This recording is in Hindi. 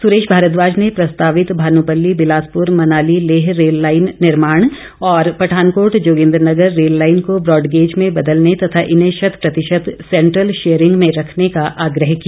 सुरेश भारद्वाज ने प्रस्तावित भानूपल्ली बिलासपुर मनाली लेह रेल लाईन निर्माण और पठानकोट जोगिंद्रनगर रेल लाईन को ब्राडंग्रेज में बदलने तथा इन्हें शतप्रतिशत सेंट्रल शेयरिंग में रखने का आग्रह किया